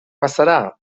bazara